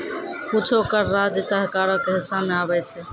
कुछो कर राज्य सरकारो के हिस्सा मे आबै छै